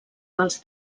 dels